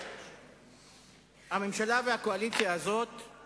קודם כול, 106 ימים הם